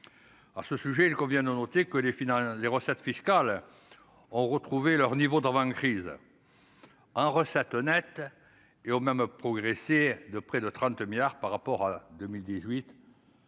à ce sujet, il convient de noter que les finales, les recettes fiscales ont retrouvé leur niveau d'avant-crise, hein Rochatte honnête et au même progressé de près de 30 milliards par rapport à 2018.